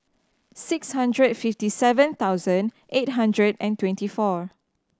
six hundred fifty seven thousand eight hundred and twenty four